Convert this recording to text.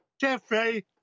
Jeffrey